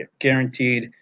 guaranteed